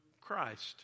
Christ